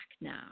now